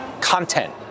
content